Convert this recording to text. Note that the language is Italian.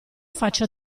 faccio